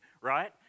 right